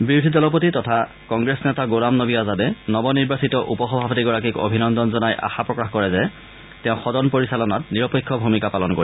বিৰোধী দলপতি তথা কংগ্ৰেছ নেতা গোলাম নবী আজাদে নবনিৰ্বাচিত উপসভাপতিগৰাকীক অভিনন্দন জনাই আশা প্ৰকাশ কৰে যে তেওঁ সদন পৰিচালনাত নিৰপেক্ষ ভূমিকা পালন কৰিব